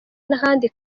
n’ahandi